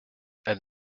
elle